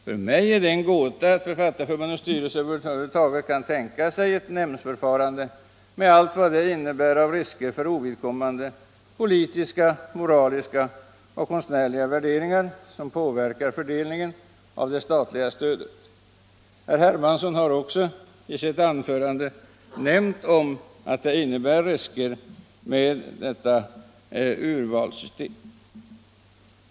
För mig är det en gåta att Författarförbundets styrelse över huvud taget kan tänka sig ett nämndförfarande med allt vad det innebär av risker för ovid kommande politiska, moraliska och konstnärliga värderingar som påverkar fördelningen av det statliga stödet. Herr Hermansson har i sitt anförande talat om riskerna med detta urvalssystem.